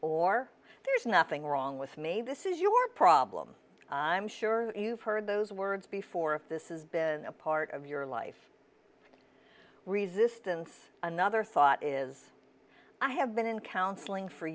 or there's nothing wrong with me this is your problem i'm sure you've heard those words before if this has been a part of your life resistance another thought is i have been in counseling for